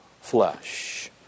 flesh